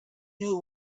knew